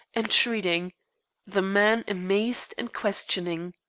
entreating the man amazed and questioning.